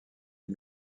est